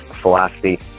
philosophy